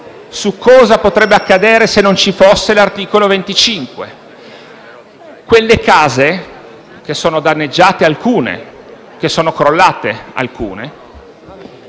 su cosa potrebbe accadere se non ci fosse l’articolo 25: quelle case, che sono danneggiate e alcune di loro crollate,